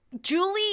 Julie